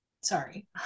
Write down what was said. sorry